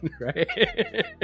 right